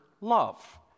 love